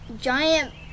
Giant